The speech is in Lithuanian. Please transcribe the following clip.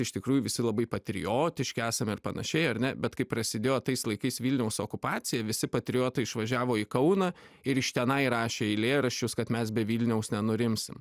iš tikrųjų visi labai patriotiški esame ir panašiai ar ne bet kai prasidėjo tais laikais vilniaus okupacija visi patriotai išvažiavo į kauną ir iš tenai rašė eilėraščius kad mes be vilniaus nenurimsim